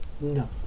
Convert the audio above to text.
No